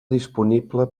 disponible